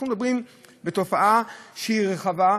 אנחנו מדברים בתופעה שהיא רחבה,